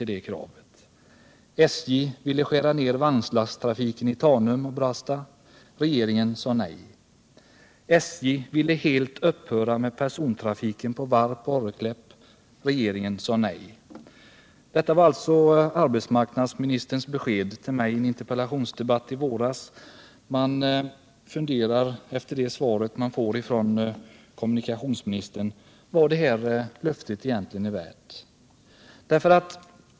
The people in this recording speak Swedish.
Detta var alltså arbetsmarknadsministerns besked till mig i en interpellationsdebatt i våras. Efter det svar jag har fått från kommunikationsministern i dag undrar jag vad det löftet egentligen är värt.